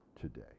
today